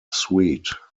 suite